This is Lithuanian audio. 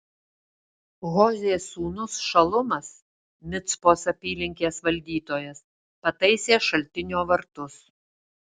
hozės sūnus šalumas micpos apylinkės valdytojas pataisė šaltinio vartus